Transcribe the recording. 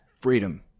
freedom